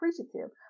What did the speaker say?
appreciative